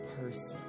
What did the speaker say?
person